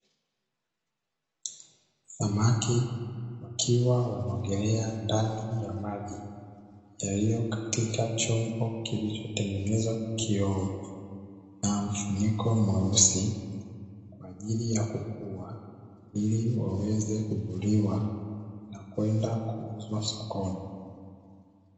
Samaki wakiwa wanaogelea ndani ya maji, yaliyo katika chombo kilichotengenezwa kwa kioo na mfuniko mweusi, kwa ajili ya kukua ili waweze kuvuliwa na kwenda kuuzwa sokoni.